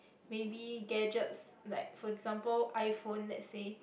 maybe gadgets like for example iPhone let's say